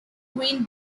green